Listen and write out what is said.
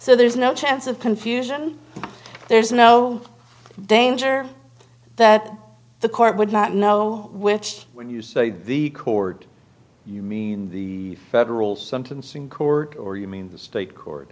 so there is no chance of confusion there's no danger that the court would not know which when you say the court you mean the federal sentencing court or you mean the state court